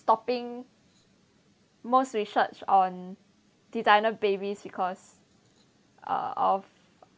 stopping most research on designer babies because uh of